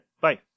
bye